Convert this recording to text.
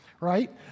right